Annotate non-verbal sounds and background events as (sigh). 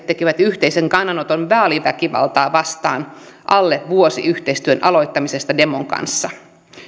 (unintelligible) tekivät yhteisen kannanoton vaaliväkivaltaa vastaan alle vuosi yhteistyön aloittamisesta demon kanssa